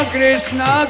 Krishna